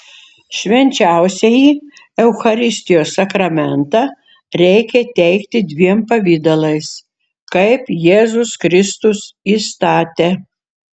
švenčiausiąjį eucharistijos sakramentą reikia teikti dviem pavidalais kaip jėzus kristus įstatė